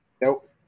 Nope